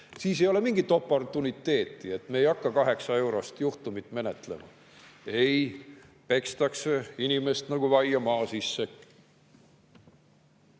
Siis ei ole mingit oportuniteeti, et me ei hakka 8-eurost juhtumit menetlema. Ei, pekstakse inimest nagu vaia maa sisse.